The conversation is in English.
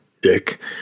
dick